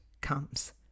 comes